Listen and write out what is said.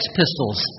pistols